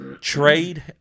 trade